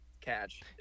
catch